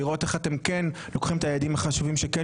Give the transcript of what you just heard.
לראות איך אתם כן לוקחים את היעדים החשובים שכן